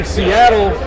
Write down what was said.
Seattle